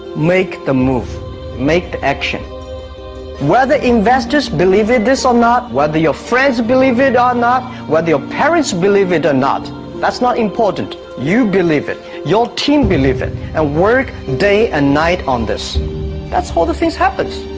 make the move make the action whether investors believe it is or not whether your friends believe it or not whether your parents believe it or not that's not important. you believe it your team believe it and work day and night on this that's how the things happens